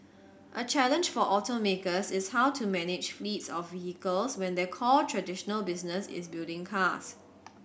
a challenge for automakers is how to manage fleets of vehicles when their core traditional business is building cars